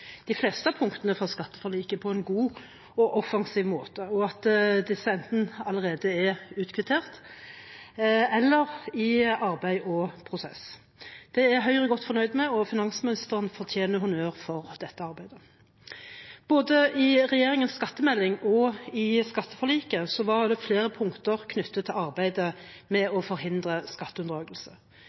de fleste av punktene fra skatteforliket, på en god og offensiv måte, og at disse enten allerede er utkvittert eller er i arbeid og prosess. Det er Høyre godt fornøyd med, og finansministeren fortjener honnør for dette arbeidet. Både i regjeringens skattemelding og i skatteforliket var det flere punkter knyttet til arbeidet med å forhindre skatteunndragelse.